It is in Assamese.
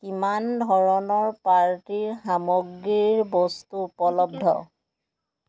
কিমান ধৰণৰ পাৰ্টিৰ সামগ্ৰীৰ বস্তু উপলব্ধ